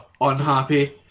unhappy